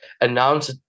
announce